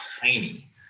tiny